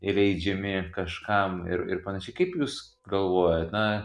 įleidžiami kažkam ir ir panašiai kaip jūs galvojat na